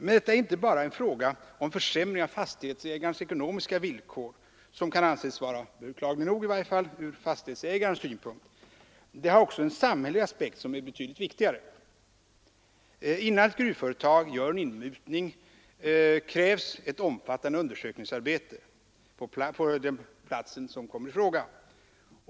Men detta är inte bara en fråga om försämring av fastighetsägarens ekonomiska villkor, som kan anses vara beklaglig nog, i varje fall ur fastighetsägarens synpunkt. Frågan har också en samhällelig aspekt, som är betydligt viktigare. Innan ett gruvföretag gör en inmutning, krävs ett omfattande undersökningsarbete på den plats som kommer i fråga.